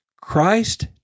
Christ